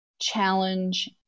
challenge